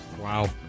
Wow